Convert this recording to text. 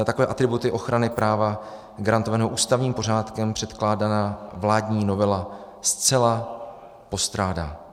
Takové atributy ochrany práva garantovaného ústavním pořádkem předkládaná vládní novela zcela postrádá.